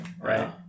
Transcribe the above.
right